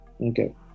Okay